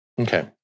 Okay